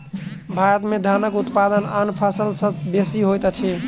भारत में धानक उत्पादन आन फसिल सभ सॅ बेसी होइत अछि